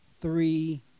three